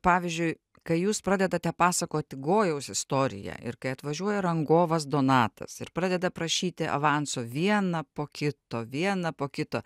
pavyzdžiui kai jūs pradedate pasakoti gojaus istoriją ir kai atvažiuoja rangovas donatas ir pradeda prašyti avanso vieną po kito vieną po kito